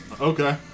Okay